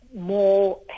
more